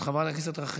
חברת הכנסת רויטל סויד,